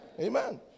Amen